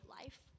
life